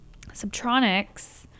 Subtronic's